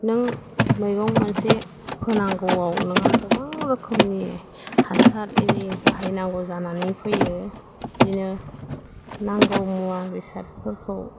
नों मैगं मोनसे फोनांगौआव नोंहा गोबां रोखोमनि हासार एरि बाहायनांगौ जानानै फैयो बिदिनो नांगौ मुवा बेसादफोरखौ